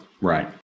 right